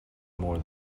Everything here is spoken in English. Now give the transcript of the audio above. more